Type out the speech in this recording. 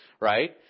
right